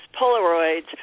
Polaroids